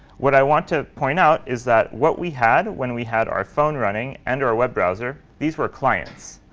what i want to point out is that what we had when we had our phone running and our web browser, these were clients.